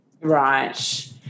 right